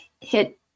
hit